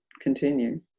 continue